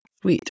Sweet